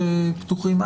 שפתוחים,